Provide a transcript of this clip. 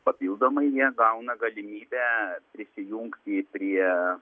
papildomai jie gauna galimybę prisijungti prie